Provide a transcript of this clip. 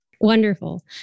Wonderful